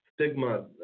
stigma